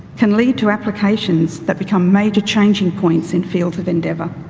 can lead to applications that become major changing points in fields of endeavor.